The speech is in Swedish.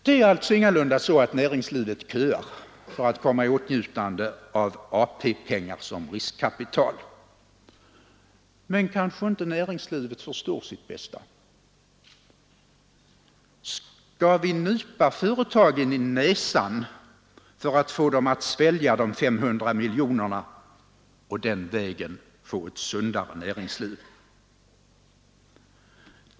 Det är alltså ingalunda så att näringslivet köar för att komma i åtnjutande av AP-pengar som riskkapital. Men kanske inte näringslivet förstår sitt bästa? Skall vi nypa företagen i näsan för att få dem att svälja de 500 miljonerna och den vägen få ett sundare näringsliv?